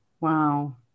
wow